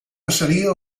passaria